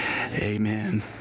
amen